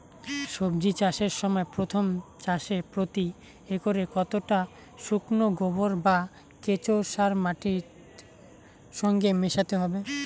সবজি চাষের সময় প্রথম চাষে প্রতি একরে কতটা শুকনো গোবর বা কেঁচো সার মাটির সঙ্গে মেশাতে হবে?